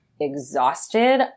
exhausted